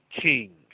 king